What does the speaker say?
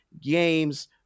games